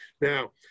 Now